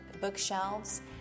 bookshelves